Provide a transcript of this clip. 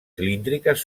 cilíndriques